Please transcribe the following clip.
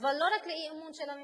אבל לא רק לאי-אמון בממשלה,